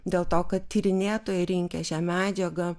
dėl to kad tyrinėtojai rinkę šią medžiagą